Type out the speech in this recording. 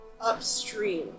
Upstream